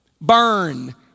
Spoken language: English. Burn